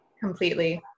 completely